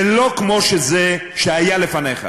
ולא כמו זה שהיה לפניך,